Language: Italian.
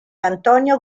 antonio